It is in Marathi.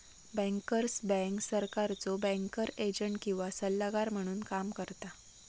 बँकर्स बँक सरकारचो बँकर एजंट किंवा सल्लागार म्हणून काम करता